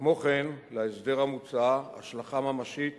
כמו כן, להסדר המוצע השלכה ממשית